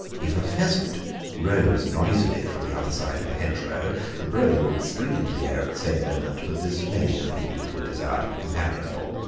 if a pheasant rose noisily from the other side of a hedgerow the brogue would spring into the air at the same moment, but this may have been due to a desire to be companionable.